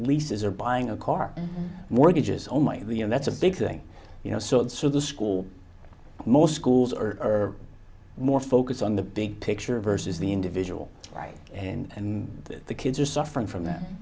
leases or buying a car mortgages oh my you know that's a big thing you know so and so the school most schools are more focused on the big picture versus the individual right and the kids are suffering from th